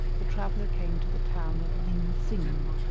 the traveller came to the town of lin-tsing,